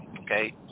okay